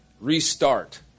restart